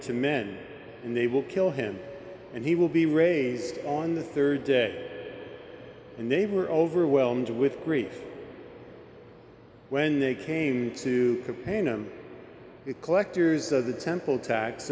to men and they will kill him and he will be raised on the rd day and they were overwhelmed with grief when they came to paint him collectors of the temple tax